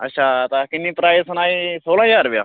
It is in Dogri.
अच्छा तां किन्नी प्राईज़ सनाई सोलां ज्हार रपेआ